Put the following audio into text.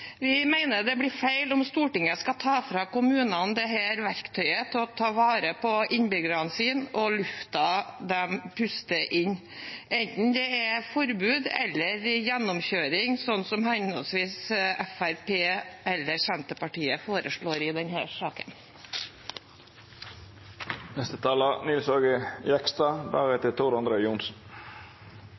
Vi mener det blir feil om Stortinget skal ta fra kommunene dette verktøyet til å ta vare på innbyggerne sine og lufta de puster inn, enten det er forbud eller forbud ved gjennomkjøring, sånn som henholdsvis Fremskrittspartiet og Senterpartiet foreslår i denne saken.